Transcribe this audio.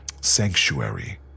sanctuary